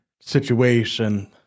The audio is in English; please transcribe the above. situation